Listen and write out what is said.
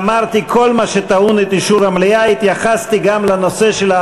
התשע"ג 2013,